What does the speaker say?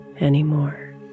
anymore